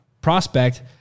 prospect